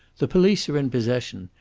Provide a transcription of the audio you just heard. the police are in possession.